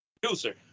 producer